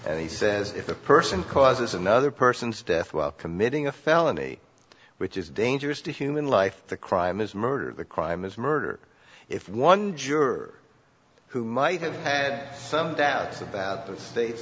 and he says if a person causes another person's death while committing a felony which is dangerous to human life the crime is murder the crime is murder if one juror who might have had some doubts about th